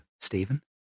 Stephen